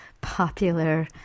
popular